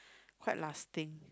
quite lasting